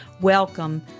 Welcome